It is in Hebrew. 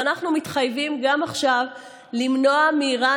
ואנחנו מתחייבים גם עכשיו למנוע מאיראן